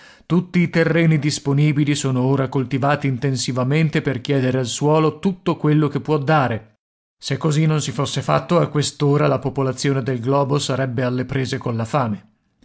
tutti i terreni disponibili sono ora coltivati intensivamente per chiedere al suolo tutto quello che può dare se così non si fosse fatto a quest'ora la popolazione del globo sarebbe alle prese colla fame